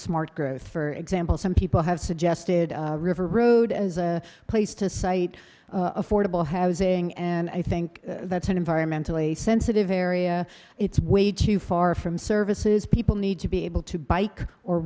smart growth for example some people have suggested river road as a place to cite affordable housing and i think that's an environmentally sensitive area it's way too far from services people need to be able to bike or